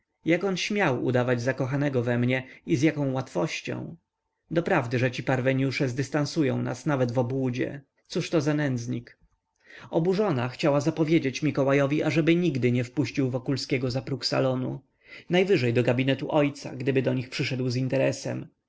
on śmiał udawać zakochanego we mnie i z jaką łatwością doprawdy że ci parweniusze zdystansują nas nawet w obłudzie cóżto za nędznik oburzona chciała zapowiedzieć mikołajowi ażeby nigdy nie wpuścił wokulskiego za próg salonu najwyżej do gabinetu pana gdyby do nich przyszedł z interesem